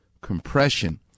Compression